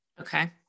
Okay